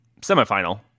semifinal